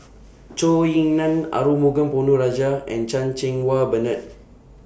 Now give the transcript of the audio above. Zhou Ying NAN Arumugam Ponnu Rajah and Chan Cheng Wah Bernard